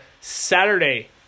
Saturday